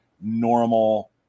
normal